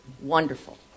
Wonderful